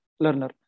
learner